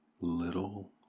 little